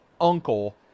uncle